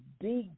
big